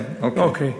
כן, אוקיי.